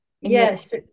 yes